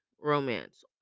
romance